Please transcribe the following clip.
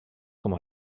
com